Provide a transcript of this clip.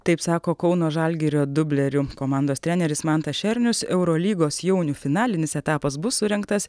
taip sako kauno žalgirio dublerių komandos treneris mantas šernius eurolygos jaunių finalinis etapas bus surengtas